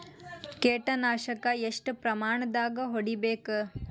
ಕೇಟ ನಾಶಕ ಎಷ್ಟ ಪ್ರಮಾಣದಾಗ್ ಹೊಡಿಬೇಕ?